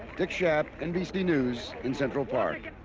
dick schaap, nbc news, in central park.